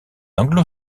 anglo